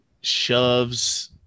Shoves